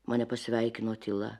mane pasveikino tyla